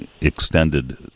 extended